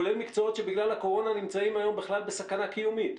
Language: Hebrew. כולל מקצועות שבגלל הקורונה נמצאים היום בכלל בסכנה קיומית?